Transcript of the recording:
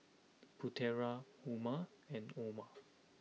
Putera Umar and Omar